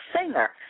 singer